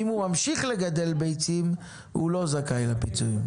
אם הוא ממשיך לגדל ביצים הוא לא זכאי לפיצויים.